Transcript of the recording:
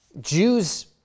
Jews